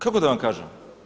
Kako da vam kažem?